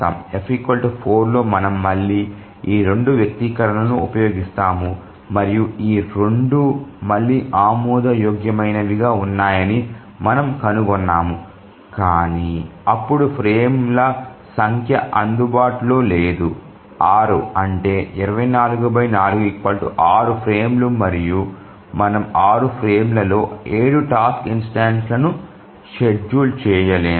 F 4 లో మనం మళ్ళీ ఈ 2 వ్యక్తీకరణలను ఉపయోగిస్తాము మరియు ఈ రెండూ మళ్ళీ ఆమోదయోగ్యమైనవిగా ఉన్నాయని మనము కనుగొన్నాము కాని అప్పుడు ఫ్రేముల సంఖ్య అందుబాటులో లేదు 6 అంటే 244 6 ఫ్రేములు మరియు మనం 6 ఫ్రేమ్ల లో 7 టాస్క ఇన్స్టెన్సులను షెడ్యూల్ చేయలేము